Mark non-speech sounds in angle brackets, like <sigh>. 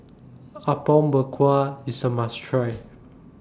Apom Berkuah IS A must Try <noise>